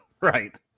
Right